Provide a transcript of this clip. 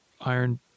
Iron